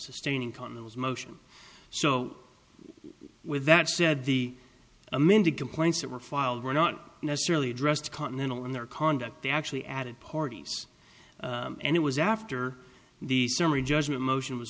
sustaining con that was motion so with that said the amended complaints that were filed were not necessarily addressed continental in their conduct they actually added parties and it was after the summary judgment motion was